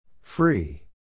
Free